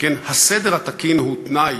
שכן הסדר התקין הוא תנאי